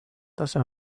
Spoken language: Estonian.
tase